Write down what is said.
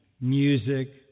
music